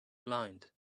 blind